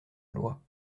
loi